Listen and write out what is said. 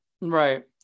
Right